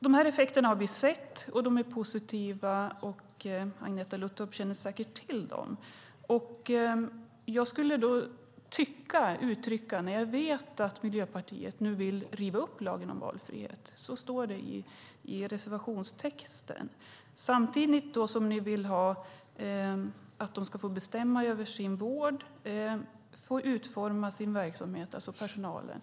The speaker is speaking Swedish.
Dessa effekter har vi sett, de är positiva, och Agneta Luttropp känner säkert till dem. Nu vet jag att Miljöpartiet vill riva upp lagen om valfrihet - så står det ju i reservationstexten - samtidigt som ni vill att patienterna ska få bestämma över sin vård och att personalen ska få utforma sin verksamhet.